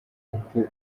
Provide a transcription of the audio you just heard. uku